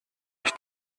ich